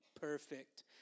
Perfect